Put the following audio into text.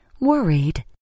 worried